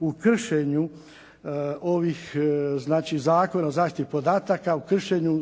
u kršenju ovih Zakona o zaštiti podataka, o kršenju